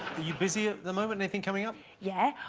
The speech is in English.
you busy at the moment anything coming up? yeah,